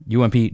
UMP